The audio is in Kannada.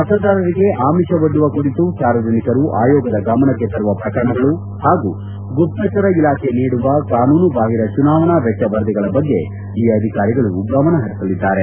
ಮತದಾರರಿಗೆ ಆಮಿಷ ಕುರಿತು ಸಾರ್ವಜನಿಕರು ಆಯೋಗದ ಗಮನಕ್ಕೆ ತರುವ ಪ್ರಕರಣಗಳು ಹಾಗೂ ಗುಪ್ತಚರ ಇಲಾಖೆ ನೀಡುವ ಕಾನೂನು ಬಾಹಿರ ಚುನಾವಣಾ ವೆಚ್ಚ ವರದಿಗಳ ಬಗ್ಗೆ ಈ ಅಧಿಕಾರಿಗಳು ಗಮನ ಪರಿಸಲಿದ್ದಾರೆ